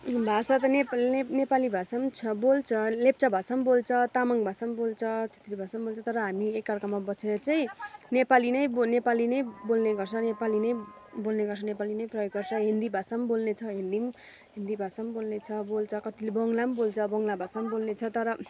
भाषा त नेपाली नेपाली भाषा छ बोल्छ लेप्चा भाषा बोल्छ तामाङ भाषा बोल्छ छेत्री भाषा बोल्छ तर हामी एक अर्कामा बसेर चाहिँ नेपाली नै बोल्छ नेपाली नै बोल्ने गर्छ नेपाली नै बोल्ने गर्छ नेपाली नै प्रयोग गर्छ हिन्दी भाषा बोल्ने छ हिन्दी हिन्दी भाषा बोल्ने छ बोल्छ कतिले बङ्ला बोल्छ बङ्ला भाषा बोल्ने छ तर